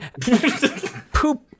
Poop